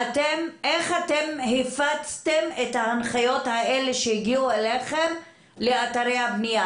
איך הפצתם את ההנחיות האלה שהגיעו אליכם לאתרי הבנייה,